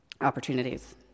opportunities